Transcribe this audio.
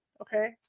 okay